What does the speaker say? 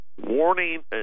Warning